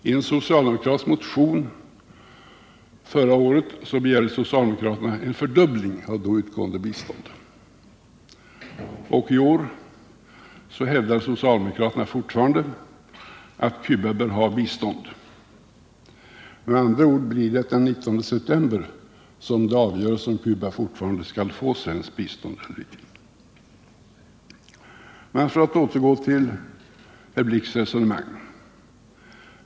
I en socialdemokratisk motion begärdes förra året en fördubbling av då utgående bistånd, och i år hävdar socialdemokraterna fortfarande att Cuba bör ha bistånd. Med andra ord blir det den 16 september som det avgörs om Cuba skall få svenskt bistånd eller icke. Jag vill vidare återgå till de resonemang som fördes av herr Blix.